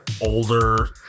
older